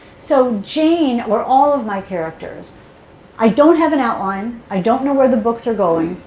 so jane, or all of my characters i don't have an outline. i don't know where the books are going.